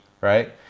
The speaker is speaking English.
right